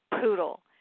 poodle